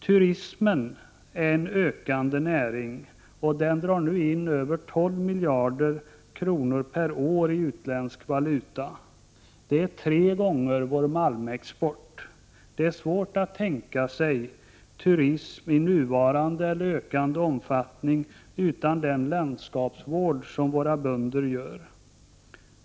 Turismen är en ökande näring, och den drar nu in över 12 miljarder kronor per år i utländsk valuta. Det är tre gånger vår malmexport. Det är svårt att tänka sig turism i nuvarande eller ökande omfattning utan den landskapsvård som våra bönder gör.